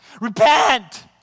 Repent